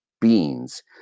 beans